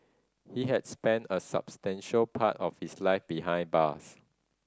he had spent a substantial part of his life behind bars